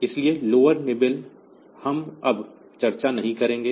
इसलिए lower nibble हम अब चर्चा नहीं करेंगे